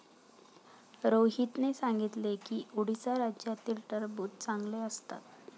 रोहितने सांगितले की उडीसा राज्यातील टरबूज चांगले असतात